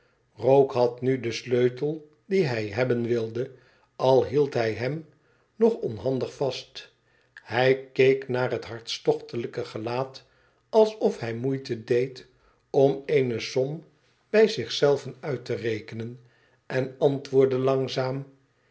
rogue had nu den sleutel dien hij hebben wilde al hield hij hem nog onhandig vast hij keek naar het hartstochtelijke gelaat alsof hij moeite deed om eene som bij zich zelven uit te rekenen en antwoordde langzaam